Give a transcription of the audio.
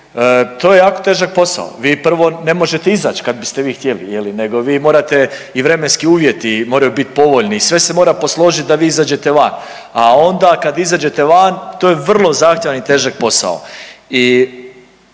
to je jako težak posao. Vi prvo ne možete izaći kad biste vi htjeli, nego vi morate i vremenski uvjeti moraju bit povoljni. Sve se mora posložiti da vi izađete van, a onda kad izađete van to je vrlo zahtjevan i težak posao.